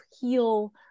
heal